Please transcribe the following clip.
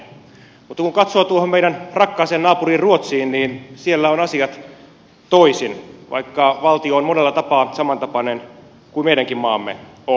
mutta kun katsoo tuohon meidän rakkaaseen naapuriimme ruotsiin niin siellä ovat asiat toisin vaikka valtio on monella tapaa samantapainen kuin meidänkin maamme on